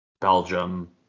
Belgium